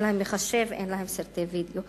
אין להם מחשב, אין להם סרטי וידיאו.